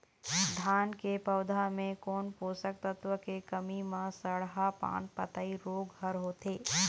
धान के पौधा मे कोन पोषक तत्व के कमी म सड़हा पान पतई रोग हर होथे?